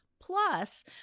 Plus